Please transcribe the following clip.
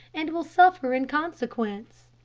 and will suffer in consequence.